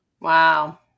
Wow